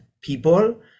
people